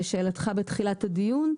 לשאלתך בתחילת הדיון.